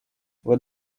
what